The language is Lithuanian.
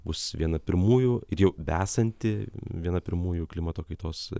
bus viena pirmųjų ir jau besanti viena pirmųjų klimato kaitos